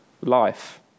life